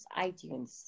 iTunes